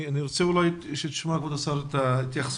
אני רוצה אולי שתשמע כבוד השר את ההתייחסות